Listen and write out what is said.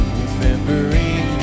remembering